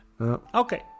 Okay